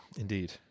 Indeed